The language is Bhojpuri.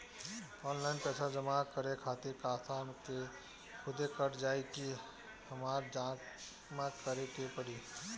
ऑनलाइन पैसा जमा करे खातिर खाता से खुदे कट जाई कि हमरा जमा करें के पड़ी?